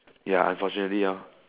ya unfortunately orh